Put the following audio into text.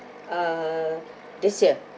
uh this year